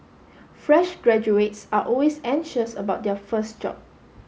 fresh graduates are always anxious about their first job